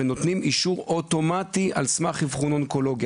ומתנה אישור אוטומטי על סמך אבחון אונקולוגי.